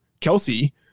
Kelsey